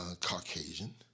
Caucasian